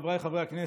חבריי חברי הכנסת,